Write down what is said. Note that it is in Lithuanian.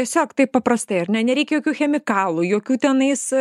tiesiog taip paprastai ar ne nereikia jokių chemikalų jokių tenais